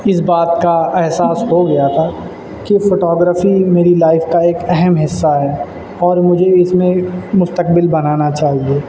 اس بات کا احساس ہو گیا تھا کہ فوٹوگرافی میری لائف کا ایک اہم حصہ ہے اور مجھے اس میں مستقبل بنانا چاہیے